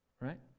right